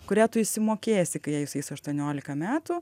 kurią tu išsimokėsi kai jai sueis aštuoniolika metų